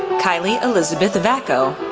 kylie elizabeth vacko,